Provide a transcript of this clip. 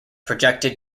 projected